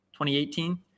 2018